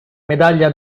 medaglia